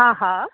हा हा